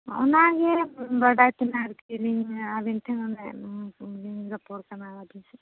ᱚᱱᱟ ᱜᱮ ᱵᱟᱰᱟᱭ ᱛᱮᱱᱟᱜ ᱟᱨᱠᱤ ᱠᱤᱨᱤᱧ ᱟᱹᱞᱤᱧ ᱴᱷᱮᱱ ᱞᱤᱧ ᱨᱚᱯᱚᱲ ᱠᱟᱱᱟ